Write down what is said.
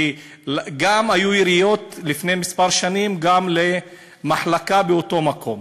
כי גם היו יריות לפני כמה שנים למחלקה באותו מקום.